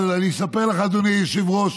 אבל אני אספר לך, אדוני היושב-ראש,